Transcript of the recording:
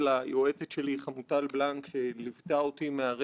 כמובן אני מצטרף לדברי הפתיחה שלך,